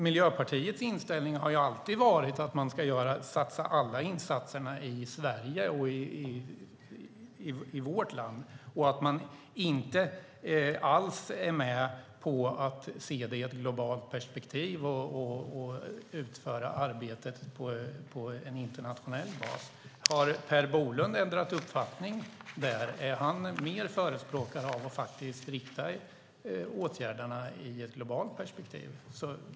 Miljöpartiets inställning har ju alltid varit att man ska göra alla insatser i Sverige och att man inte alls är med på att se det i ett globalt perspektiv och utföra arbetet på internationell bas. Har Per Bolund ändrat uppfattning när det gäller detta? Är han mer förespråkare av att faktiskt rikta åtgärderna mot ett globalt perspektiv?